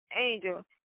Angel